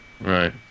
Right